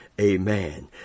Amen